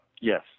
Yes